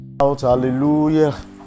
Hallelujah